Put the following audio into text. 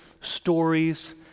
stories